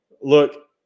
Look